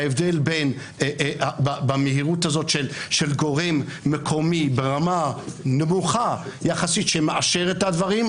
ההבדל במהירות הזאת של גורם מקומי ברמה נמוכה יחסית שמאשר את הדברים,